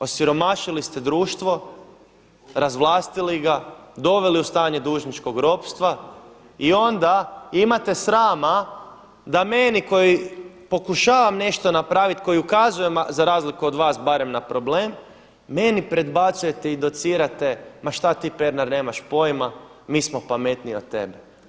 Osiromašili ste društvo, razvlastili ga, doveli u stanje dužničkog ropstva i onda imate srama da meni koji pokušavam nešto napraviti, koji ukazujem za razliku od vas barem na problem, meni predbacujete i docirate ma šta ti Pernar nemaš pojma, mi smo pametniji od tebe.